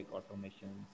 Automation